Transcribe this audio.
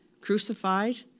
crucified